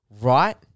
Right